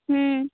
হুম